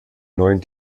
neuen